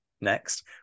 next